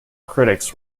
critics